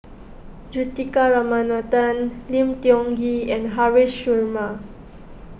Juthika Ramanathan Lim Tiong Ghee and Haresh Sharma